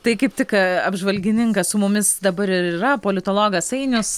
tai kaip tik apžvalgininkas su mumis dabar ir yra politologas ainius